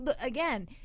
again